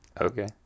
Okay